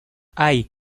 hay